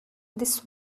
this